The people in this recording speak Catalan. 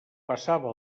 passava